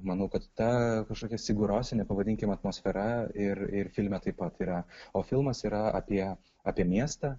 manau kad ta kažkokia sigurosinė pavadinkim atmosfera ir ir filme taip pat yra o filmas yra apie apie miestą